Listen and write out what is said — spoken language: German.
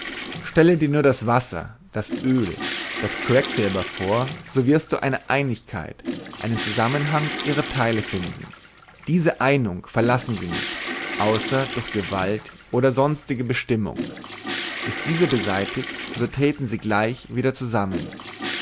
stelle dir nur das wasser das öl das quecksilber vor so wirst du eine einigkeit einen zusammenhang ihrer teile finden diese einung verlassen sie nicht außer durch gewalt oder sonstige bestimmung ist diese beseitigt so treten sie gleich wieder zusammen